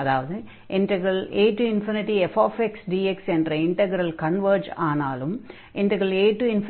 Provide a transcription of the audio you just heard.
அதாவது afdx என்ற integral converge ஆனாலும் afdx